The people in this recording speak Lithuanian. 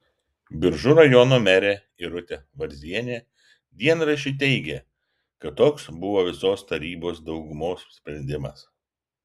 biržų rajono merė irutė varzienė dienraščiui teigė kad toks buvo visos tarybos daugumos sprendimas